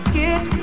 get